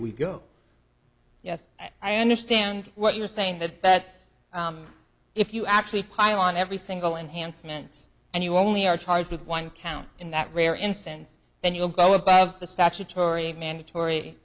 we go yes i understand what you're saying that that if you actually pile on every single enhancement and you only are charged with one count in that rare instance then you'll go above the statutory mandatory